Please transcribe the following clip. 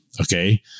Okay